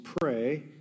pray